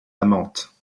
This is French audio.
amante